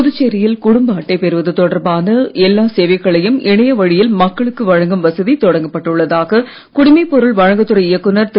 புதுச்சேரியில் குடும்ப அட்டை பெறுவது தொடர்பான எல்லா சேவைகளையும் இணைய வழியில் மக்களுக்கு வழங்கும் வசதி தொடங்கப்பட்டு உள்ளதாக குடிமை பொருள் வழங்குதுறை இயக்குநர் திரு